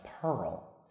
pearl